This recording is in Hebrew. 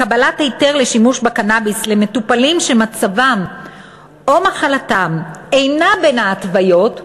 לקבלת היתר לשימוש בקנאביס למטופלים שמצבם או מחלתם אינם בין ההתוויות,